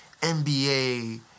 NBA